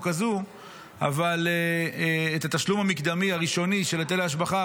הזו את התשלום המקדמי הראשוני של היטל ההשבחה,